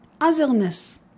otherness